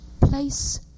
Place